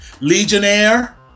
Legionnaire